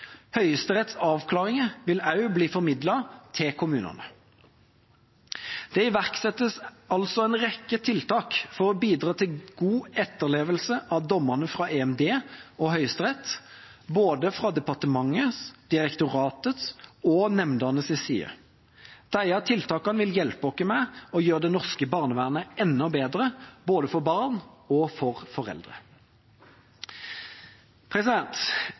Høyesteretts avklaringer vil også bli formidlet til kommunene. Det iverksettes altså en rekke tiltak for å bidra til god etterlevelse av dommene fra EMD og Høyesterett, fra både departementets, direktoratets og nemndenes side. Disse tiltakene vil hjelpe oss med å gjøre det norske barnevernet enda bedre, både for barn og